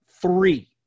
three